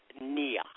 Nia